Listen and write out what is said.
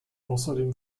außerdem